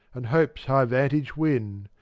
and hope's high vantage win.